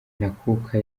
ntakuka